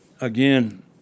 again